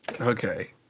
okay